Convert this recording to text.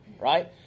right